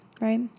right